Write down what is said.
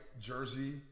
jersey